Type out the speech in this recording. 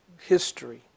history